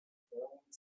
throwing